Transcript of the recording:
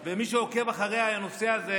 ומי שעוקב אחרי הנושא הזה,